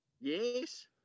Yes